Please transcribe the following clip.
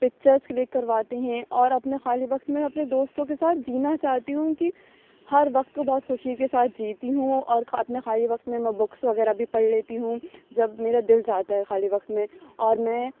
pictures click کرواتے ہیں اور اپنے خالی وقت میں میں اپنے دوستوں کے ساتھ جینا چاہتی ہوں کہ ہر وقت کو بہت خوشی کے ساتھ جیتی ہوں اور اپنے خالی وقت میں بکس وغیرہ بھی پڑھ لیتی ہوں جب میرا دل چاہتا ہے خالی وقت میں اور میں